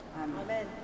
Amen